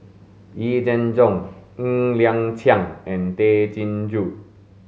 Yee Jenn Jong Ng Liang Chiang and Tay Chin Joo